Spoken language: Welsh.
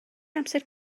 amser